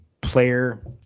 player